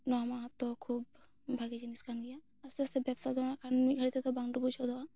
ᱱᱚᱣᱟ ᱢᱟᱦᱟᱛᱛᱚ ᱠᱷᱩᱵ ᱵᱷᱟᱜᱮ ᱡᱤᱱᱤᱥ ᱠᱟᱱ ᱜᱮᱭᱟ ᱟᱥᱛᱮ ᱟᱥᱛᱮ ᱵᱮᱵᱥᱟ ᱫᱚ ᱚᱱᱠᱟᱱ ᱢᱤᱫᱽ ᱜᱷᱟᱹᱲᱤᱡ ᱵᱟᱝ ᱰᱩᱵᱩᱡᱽ ᱜᱚᱫᱚᱜᱼᱟ